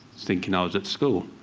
thinking i was at school.